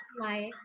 life